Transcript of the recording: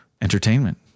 entertainment